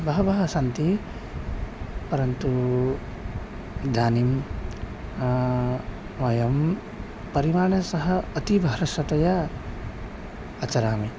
बहवः सन्ति परन्तु इदानीं वयं परिमाणतः अतीव हर्षतया आचरामि